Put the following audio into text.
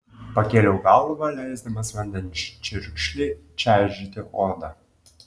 pakėliau galvą leisdamas vandens čiurkšlei čaižyti odą